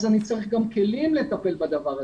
אני צריך גם כלים לטפל בדבר הזה.